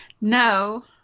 No